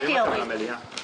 הם הורידו את הרוויזיה.